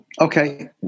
Okay